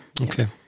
Okay